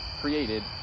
created